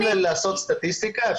אם רוצים לעשות סטטיסטיקה,